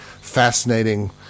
fascinating